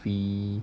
be